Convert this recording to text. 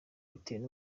abitewe